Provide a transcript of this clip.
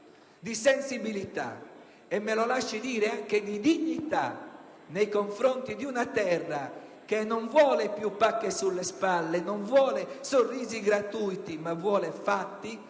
di sensibilità e - me lo lasci dire - anche di dignità nei confronti di una terra che non vuole più pacche sulle spalle, sorrisi gratuiti, ma fatti,